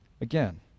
again